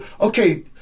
Okay